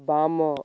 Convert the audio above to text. ବାମ